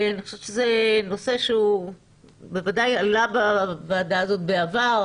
אני חושבת שזה נושא שהוא בוודאי עלה בוועדה הזאת בעבר,